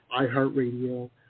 iHeartRadio